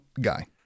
guy